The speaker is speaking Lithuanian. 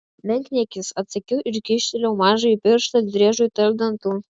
menkniekis atsakiau ir kyštelėjau mažąjį pirštą driežui tarp dantų